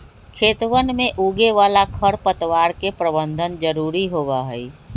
खेतवन में उगे वाला खरपतवार के प्रबंधन जरूरी होबा हई